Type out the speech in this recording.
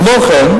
כמו כן,